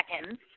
seconds